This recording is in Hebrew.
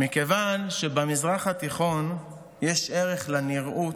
מכיוון שבמזרח התיכון יש ערך לנראות.